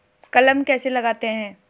कलम कैसे लगाते हैं?